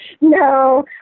No